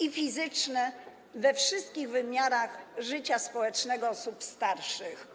i fizyczne we wszystkich wymiarach życia społecznego osób starszych.